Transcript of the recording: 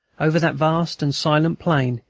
over that vast and silent plain,